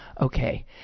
Okay